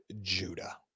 Judah